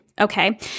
okay